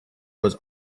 was